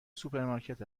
سوپرمارکت